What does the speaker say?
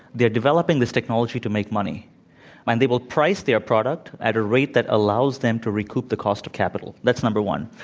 they're developing this technology to make money and they will price their product at a rate that allows them to recoup the cost of capital. that's number one.